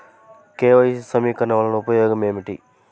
KYC నవీకరణ వలన ఉపయోగం ఏమిటీ?